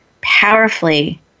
powerfully